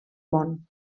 món